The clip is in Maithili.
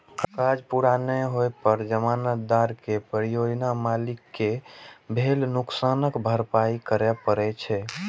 काज पूरा नै होइ पर जमानतदार कें परियोजना मालिक कें भेल नुकसानक भरपाइ करय पड़ै छै